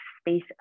space